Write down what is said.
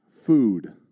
food